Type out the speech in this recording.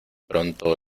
pronto